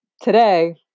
today